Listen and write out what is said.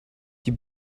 die